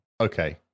okay